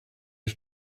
his